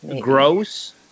Gross